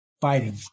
fighting